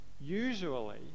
Usually